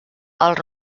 els